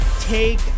Take